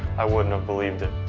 i wouldn't have believed it.